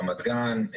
רמת גן,